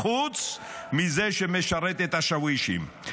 חוץ מזה שמשרת את השאווישים.